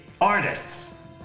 artists